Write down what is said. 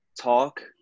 talk